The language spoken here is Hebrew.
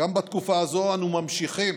גם בתקופה הזאת אנו ממשיכים